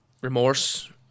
remorse